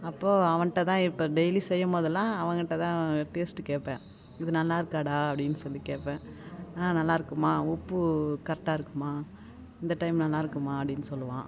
அப்போது அவன்கிட்ட தான் இப்போ டெய்லி செய்யும் போதெலாம் அவங்கிட்டே தான் டேஸ்ட்டு கேட்பேன் இது நல்லாயிருக்காடா அப்படின்னு சொல்லி கேட்பேன் ஆ நல்லாயிருக்குமா உப்பு கரெக்ட்டாயிருக்கும்மா இந்த டைம் நல்லாயிருக்கும்மா அப்படின்னு சொல்லுவான்